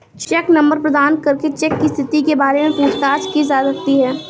check number प्रदान करके cheque की स्थिति के बारे में पूछताछ की जा सकती है